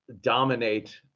dominate